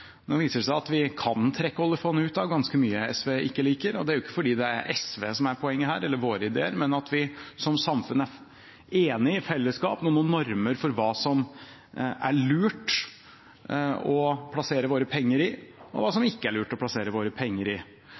Nå viser det seg at vi kan trekke oljefondet ut av ganske mye SV ikke liker, ikke fordi SV eller våre ideer er poenget her, men fordi vi som samfunn i fellesskap er enige om normer for hva som er lurt og hva som ikke er lurt å plassere våre penger i.